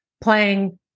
playing